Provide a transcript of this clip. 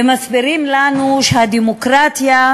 ומסבירים לנו שהדמוקרטיה,